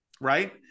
right